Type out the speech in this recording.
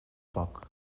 poc